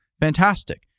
Fantastic